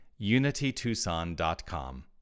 unitytucson.com